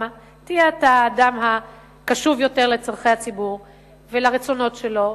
תהיה אתה האדם הקשוב יותר לצורכי הציבור ולרצונות שלו,